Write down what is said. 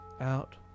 Out